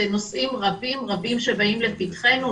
זה נושאים רבים רבים שבאים לפתחנו,